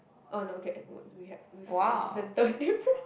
oh no okay what we have we had found the the different